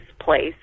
place